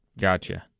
Gotcha